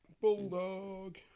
Bulldog